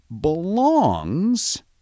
belongs